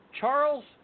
Charles